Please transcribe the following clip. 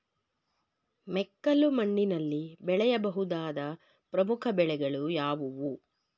ಮೆಕ್ಕಲು ಮಣ್ಣಿನಲ್ಲಿ ಬೆಳೆಯ ಬಹುದಾದ ಪ್ರಮುಖ ಬೆಳೆಗಳು ಯಾವುವು?